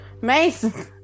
mason